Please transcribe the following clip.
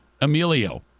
Emilio